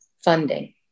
funding